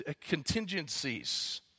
contingencies